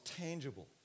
tangible